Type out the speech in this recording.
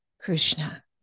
Krishna